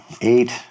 Eight